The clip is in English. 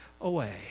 away